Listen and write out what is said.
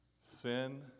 Sin